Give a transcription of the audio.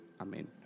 amen